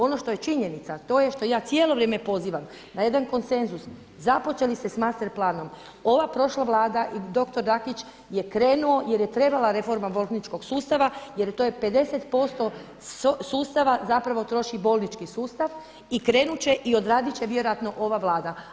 Ono što je činjenica, a to je što ja cijelo vrijeme pozivam na jedan konsenzus, započeli ste sa master planom, ova prošla Vlada i dr. Nakić je krenuo jer je trebala reforma bolničkog sustava jer to je 50% sustava zapravo troši bolnički sustav i krenut će i odradit će vjerojatno ova Vlada.